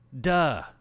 Duh